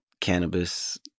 cannabis